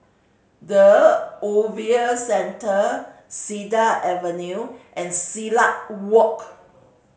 The Ogilvy Centre Cedar Avenue and Silat Walk